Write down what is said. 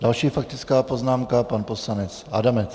Další faktická poznámka pan poslanec Adamec.